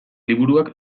liburuak